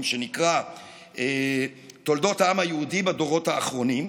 שנקרא "תולדות העם היהודי בדורות האחרונים".